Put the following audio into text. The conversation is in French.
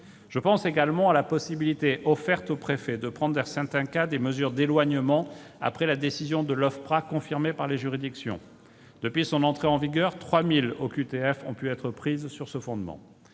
Je pense également à la possibilité offerte aux préfets de prendre dans certains cas des mesures d'éloignement après une décision de l'Ofpra confirmée par les juridictions. Depuis son entrée en vigueur, 3 000 OQTF- obligations de quitter